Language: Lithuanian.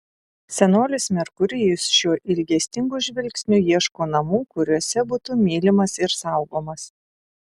senolis merkurijus šiuo ilgesingu žvilgsniu ieško namų kuriuose būtų mylimas ir saugomas